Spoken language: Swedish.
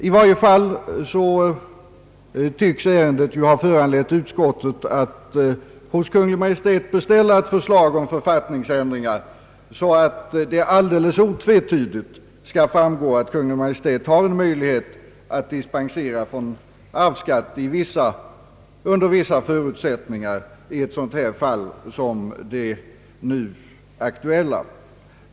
I varje fall tycks ärendet ha föranlett utskottet att hos Kungl. Maj:t beställa ett förslag om författningsändringar så att det alldeles otvetydigt skall framgår att Kungl. Maj:t har möjlighet att ge dispens från arvsskatt under vissa förutsättningar i ett fall som det nu aktuella.